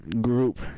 group